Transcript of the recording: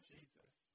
Jesus